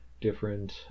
different